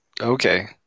Okay